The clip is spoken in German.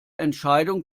entscheidung